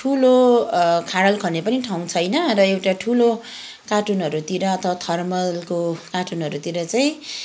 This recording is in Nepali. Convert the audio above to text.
ठुलो खाडल खन्ने पनि एउटा ठाउँ छैन र एउटा ठुलो कार्टुनहरूतिर अथवा थर्मकलको कार्टुनहरूतिर चाहिँ